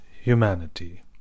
humanity